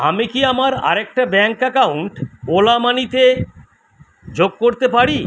আমি কি আমার আরেকটা ব্যাঙ্ক অ্যাকাউন্ট ওলা মানিতে যোগ করতে পারি